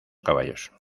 caballos